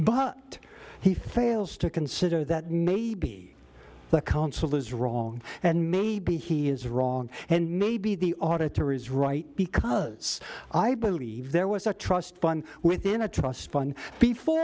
but he fails to consider that maybe the council is wrong and maybe he is wrong and maybe the auditor is right because i believe there was a trust fund within a trust fund before